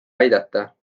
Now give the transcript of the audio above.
aidata